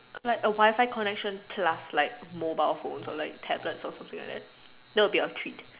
like a Wi-Fi connection plus like mobile phone or like tablet or something like that would be a treat